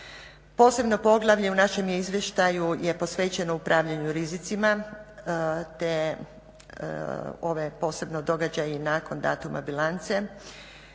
Posebno poglavlje u našem izvještaju je posvećeno upravljanju rizicima te ove posebno događaje i nakon datuma bilance.